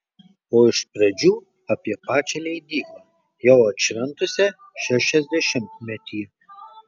o iš pradžių apie pačią leidyklą jau atšventusią šešiasdešimtmetį